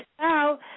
now